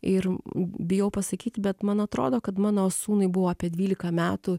ir bijau pasakyti bet man atrodo kad mano sūnui buvo apie dvylika metų